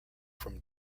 from